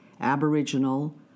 Aboriginal